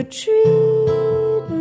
treat